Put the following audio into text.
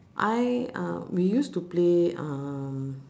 I uh we used to play uh